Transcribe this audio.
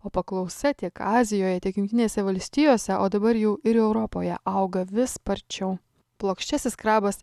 o paklausa tiek azijoje tiek jungtinėse valstijose o dabar jau ir europoje auga vis sparčiau plokščiasis krabas